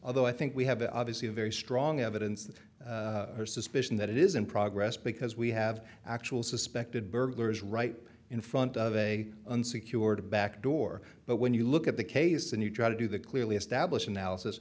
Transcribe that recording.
although i think we have obviously a very strong evidence the suspicion that it is in progress because we have actual suspected burglars right in front of a unsecured back door but when you look at the case and you try to do the clearly established analysis